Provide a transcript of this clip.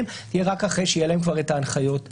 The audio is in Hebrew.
תהיה רק אחרי שתהיה להם הנחיות הרשות.